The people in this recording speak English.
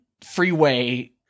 freeway